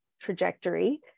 trajectory